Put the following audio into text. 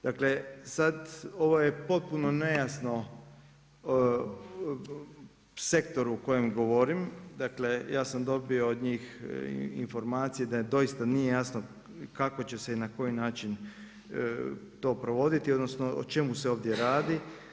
Dakle sad ovo je potpuno nejasno sektoru u kojem govorim, dakle ja sam dobio od njih informacije da doista nije jasno kako će se i na koji način to provoditi odnosno o čemu se ovdje radi.